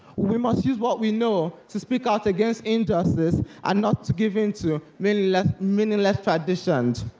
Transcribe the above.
we must use what we know to speak out against injustice, and not to give in to meaningless meaningless traditions.